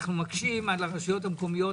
אנו מקשים על הרשויות המקומיות.